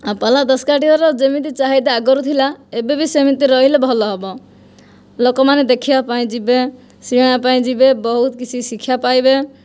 ଆଉ ପାଲା ଦାସକାଠିଆର ଯେମିତି ଚାହିଦା ଆଗରୁ ଥିଲା ଏବେ ବି ସେମିତି ରହିଲେ ଭଲ ହେବ ଲୋକମାନେ ଦେଖିବା ପାଇଁ ଯିବେ ଶୁଣିବା ପାଇଁ ଯିବେ ବହୁତ କିଛି ଶିକ୍ଷା ପାଇବେ